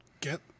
get